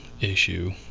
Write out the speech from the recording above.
issue